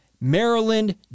Maryland